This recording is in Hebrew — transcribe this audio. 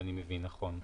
אם אני מבין נכון.